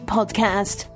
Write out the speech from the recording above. Podcast